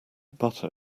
butter